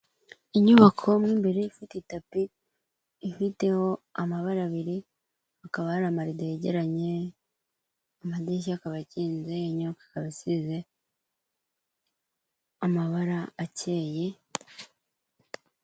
Inyubako mo imbere ifite itapi, ifiteho amabara abiri, hakaba hari amarido yegeranye, amadirishya akaba akinze, inyubaka ikaba isize amabara akeye.